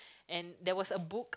and there was a book